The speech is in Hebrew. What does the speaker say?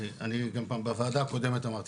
אני גם בוועדה הקודמת אמרתי,